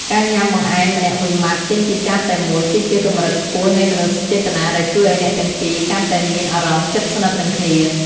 ការញ៉ាំបង្អែមម្នាក់មួយម៉ាត់ចេញពីចានតែមួយ គឺជាកម្រិតខ្ពស់នៃមនោសញ្ចេតនាដែលជួយឱ្យអ្នកទាំងពីរកាន់តែមានអារម្មណ៍ជិតស្និទ្ធនឹងគ្នា។